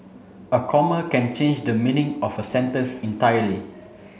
a comma can change the meaning of a sentence entirely